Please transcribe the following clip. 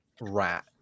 rat